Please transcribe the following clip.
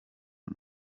ari